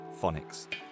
phonics